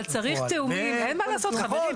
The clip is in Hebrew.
אבל צריך תיאומים, אין מה לעשות, חברים.